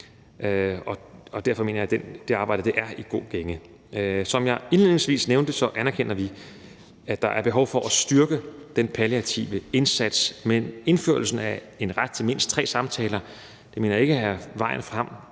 Derfor mener jeg det arbejde er i god gænge. Som jeg indledningsvis nævnte, anerkender vi, at der er behov for at styrke den palliative indsats, men indførelsen af en ret til mindst tre samtaler mener jeg ikke er vejen frem,